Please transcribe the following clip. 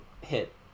hit